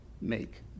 make